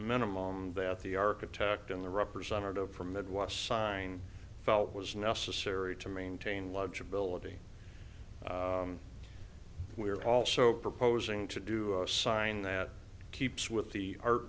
minimum that the architect and the representative from midwest sign felt was necessary to maintain legibility we're also proposing to do a sign that keeps with the art